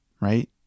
Right